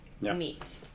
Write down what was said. meat